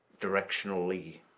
directionally